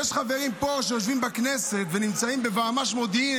יש חברים פה שיושבים בכנסת ונמצאים בוועמ"ש מודיעין,